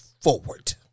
forward